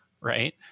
right